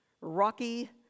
rocky